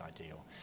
ideal